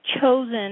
chosen